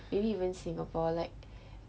maybe even singapore like